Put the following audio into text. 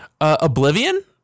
Oblivion